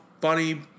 funny